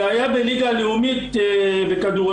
זה היה בליגה לאומית בכדורגל.